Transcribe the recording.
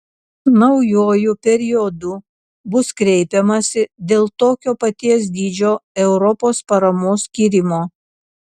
naujuoju periodu bus kreipiamasi dėl tokio paties dydžio europos paramos skyrimo